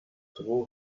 true